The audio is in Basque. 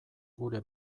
gure